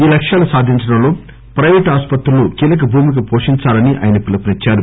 ఈ లక్ష్యాలు సాధించడంలో ప్రైవేటు ఆసుపత్రులు కీలక భూమిక పోషించాలని ఆయన పిలుపునిచ్చారు